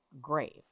grave